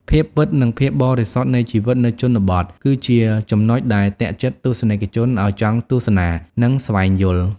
ភាពពិត និងភាពបរិសុទ្ធនៃជីវិតនៅជនបទ គឺជាចំណុចដែលទាក់ចិត្តទស្សនិកជនឲ្យចង់ទស្សនា និងស្វែងយល់។